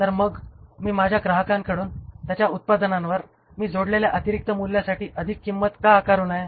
तर मग मी माझ्या ग्राहकांकडून त्याच्या उत्पादनावर मी जोडलेल्या अतिरिक्त मूल्यासाठी अधिक किंमत का आकारू नये